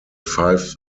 five